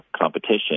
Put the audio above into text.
competition